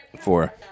Four